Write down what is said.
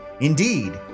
Indeed